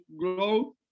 grow